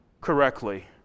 correctly